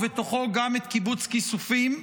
ובתוכו גם את קיבוץ כיסופים.